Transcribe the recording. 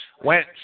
went